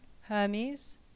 Hermes